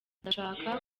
ndashaka